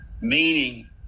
meaning